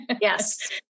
Yes